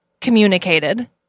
communicated